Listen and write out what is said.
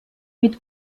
mit